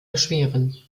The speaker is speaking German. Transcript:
erschweren